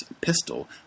pistol